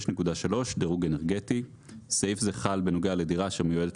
6.3 דירוג אנרגטי סעיף זה חל בנוגע לדירה אשר מיועדת